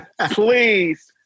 Please